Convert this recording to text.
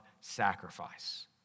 sacrifice